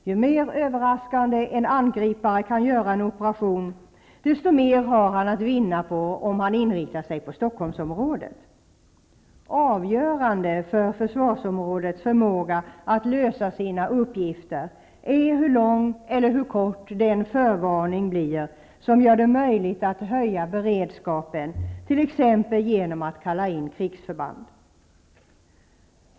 Ju mer överraskande en angripare kan göra en operation, desto mer har han att vinna på att han inriktar sig på Stockholmsområdet. Avgörande för försvarsområdets förmåga att lösa sina uppgifter är hur lång eller kort den förvarning blir som gör det möjligt att höja beredskapen, t.ex. genom att kalla in krigsförband.